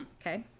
okay